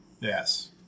Yes